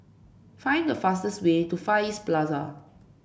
find the fastest way to Far East Plaza